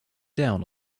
down